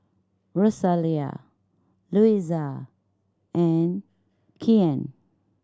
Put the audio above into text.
Rosalia Luisa and Kyan